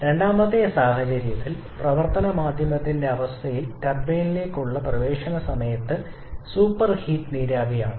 രണ്ടാമത്തെ സാഹചര്യത്തിൽ പ്രവർത്തന മാധ്യമത്തിന്റെ അവസ്ഥയിൽ ടർബൈനിലേക്കുള്ള പ്രവേശന സമയത്ത് സൂപ്പർഹീറ്റ് നീരാവി ആണ്